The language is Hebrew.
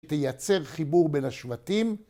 תייצר חיבור בין השבטים.